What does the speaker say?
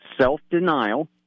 self-denial